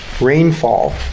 rainfall